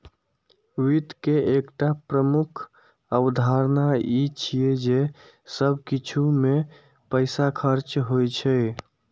वित्त के एकटा प्रमुख अवधारणा ई छियै जे सब किछु मे पैसा खर्च होइ छै